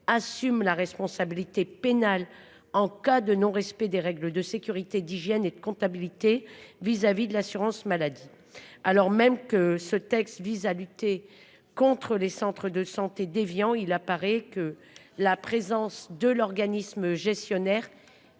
assume la responsabilité pénale en cas de non respect des règles de sécurité, d'hygiène et de comptabilité vis-à-vis de l'assurance maladie alors même que ce texte vise à lutter contre les centres de santé déviant, il apparaît que la présence de l'organisme gestionnaire.